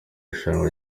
rushanwa